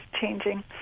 changing